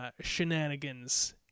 shenanigans